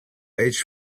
age